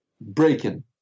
Breaking